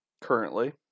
currently